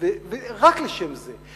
רק לשם זה.